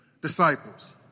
disciples